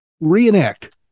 reenact